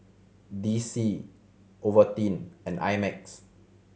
D C Ovaltine and I Max